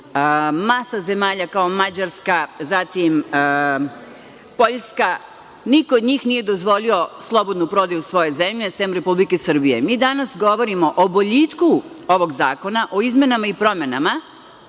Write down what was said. Masa zemalja, kao Mađarska, Poljska, niko od njih nije dozvolio slobodnu prodaju svoje zemlje, sem Republike Srbije. Danas govorimo o boljitku ovog zakona, o izmenama i promenama,